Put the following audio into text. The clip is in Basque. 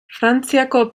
frantziako